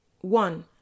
One